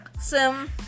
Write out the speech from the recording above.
sim